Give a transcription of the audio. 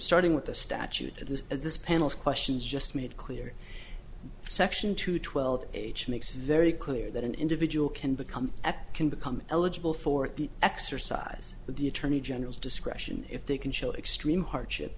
starting with the statute that this is this panel's questions just made clear section two twelve age makes very clear that an individual can become can become eligible for exercise but the attorney general's discretion if they can show extreme hardship